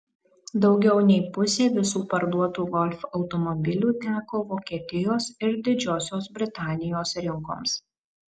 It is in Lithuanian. daugiau nei pusė visų parduotų golf automobilių teko vokietijos ir didžiosios britanijos rinkoms